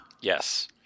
Yes